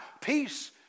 Peace